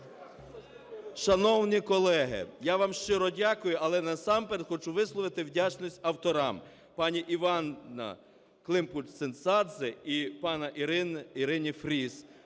Шановні колеги, я вам щиро дякую. Але, насамперед, хочу висловити вдячність авторам, пані Іванна Климпуш-Цинцадзе і пані Ірині Фріз,